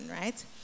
right